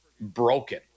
broken